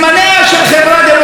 גברתי השרה,